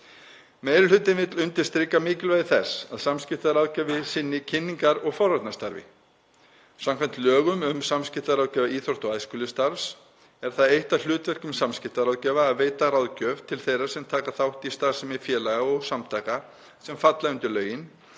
Meiri hlutinn vill undirstrika mikilvægi þess að samskiptaráðgjafi sinni kynningar- og forvarnastarfi. Samkvæmt lögum um samskiptaráðgjafa íþrótta- og æskulýðsstarfs er það eitt af hlutverkum samskiptaráðgjafa að veita ráðgjöf til þeirra sem taka þátt í starfsemi félaga og samtaka sem falla undir lögin